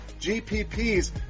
gpps